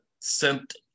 sent